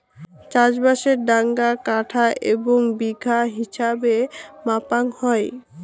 চাষবাসের ডাঙা কাঠা এবং বিঘা হিছাবে মাপাং হই